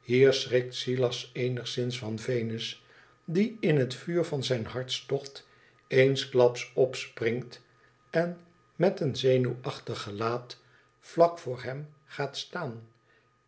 hier schrikt silas eenigszins van venus die in het vuur van zijn hartstocht eensklaps opspringt en met een zenuwachtig gelaat vlak voor hem gaat staan